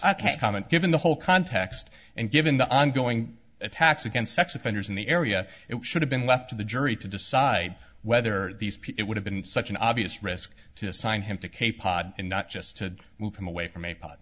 comment given the whole context and given the ongoing attacks against sex offenders in the area it should have been left to the jury to decide whether these people would have been such an obvious risk to assign him to cape cod and not just to move him away from a po